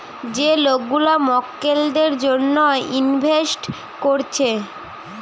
যে লোক গুলা মক্কেলদের জন্যে ইনভেস্ট কোরছে